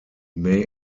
may